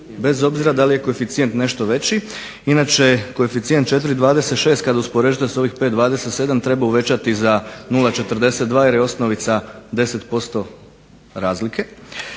bez obzira da li je koeficijent nešto veći. Inače koeficijent 4,26 kad usporedite s ovim 5,27 treba uvećati za 0,42 jer je osnovica 10% razlike.